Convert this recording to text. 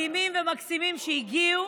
היו היום חיילים מדהימים ומקסימים, שהגיעו,